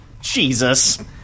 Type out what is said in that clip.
Jesus